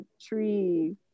tree